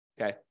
Okay